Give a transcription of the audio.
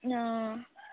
অঁ